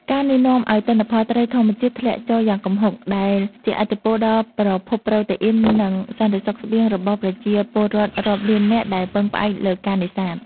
ការណ៍នេះនាំឱ្យទិន្នផលត្រីធម្មជាតិធ្លាក់ចុះយ៉ាងគំហុក ដែលជះឥទ្ធិពលដល់ប្រភពប្រូតេអ៊ីន និងសន្តិសុខស្បៀងរបស់ប្រជាពលរដ្ឋរាប់លាននាក់ដែលពឹងផ្អែកលើការនេសាទ។